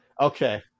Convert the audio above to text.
okay